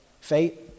fate